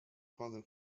father